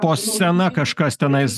po scena kažkas tenais